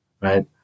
right